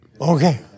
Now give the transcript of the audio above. Okay